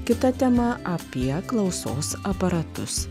kita tema apie klausos aparatus